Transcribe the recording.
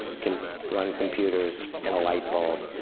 can run computers and a light bulb.